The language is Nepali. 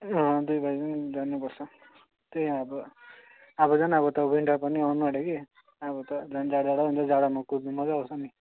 अँ दुइ भाइ जाउँ जानुपर्छ त्यही अब अब झन अब त विन्टर पनि आउनु आँट्यो कि अब त झन जाडो जाडो हुँदै जाडोमा कुद्नु मज्जा आउँछ नि